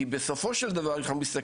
כי בסופו של דבר אם אנחנו מסתכלים,